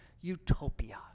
utopia